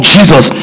Jesus